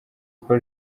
uko